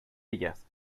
ellas